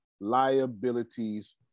liabilities